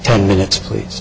ten minutes please